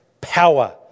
power